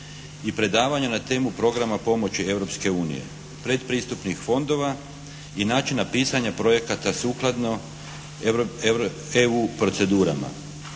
i predavanja na temu programa pomoći Europske unije, predpristupnih fondova i načina pisanja projekata sukladno EU procedurama.